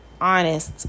honest